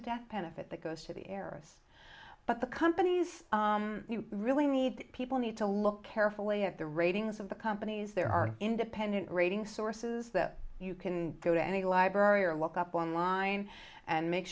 that that goes to the heiress but the companies you really need people need to look carefully at the ratings of the companies there are independent rating sources that you can go to any library or look up online and make